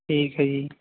ਠੀਕ ਹੈ ਜੀ